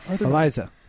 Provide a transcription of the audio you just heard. Eliza